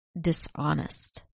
dishonest